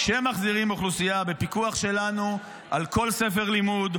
כשמחזירים אוכלוסייה בפיקוח שלנו על כל ספר לימוד,